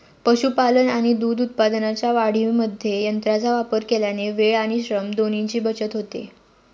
पशुपालन आणि दूध उत्पादनाच्या वाढीमध्ये यंत्रांचा वापर केल्याने वेळ आणि श्रम दोन्हीची बचत होते